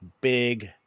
big